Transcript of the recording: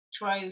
drove